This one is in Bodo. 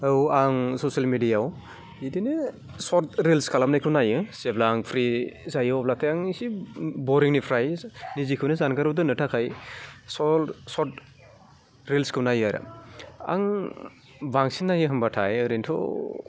औ आं ससेल मेडियायाव बिदिनो सर्ट रिल्स खालामनायखौ नायो जेब्ला आं फ्रि जायो अब्लाथाय आं एसे बरिंनिफ्राय निजिखौनो जानगाराव दोनना थाखाय सल सर्ट रिल्सखौ नायो आरो आं बांसिन नायो होमबाथाय ओरैनोथ'